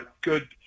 good